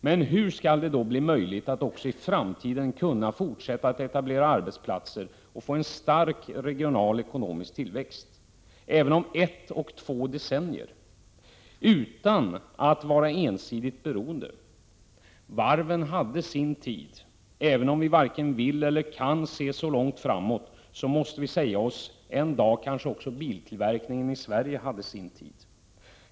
Men hur skall det bli möjligt att också i framtiden fortsätta att etablera arbetsplatser och få en stark regional ekonomisk tillväxt, även om ett eller två decennier, utan att vara ensidigt beroende? Varven hade sin tid. Även om vi varken kan eller vill se så långt framåt måste vi säga oss att en dag kanske också biltillverkningen i Sverige hade sin tid.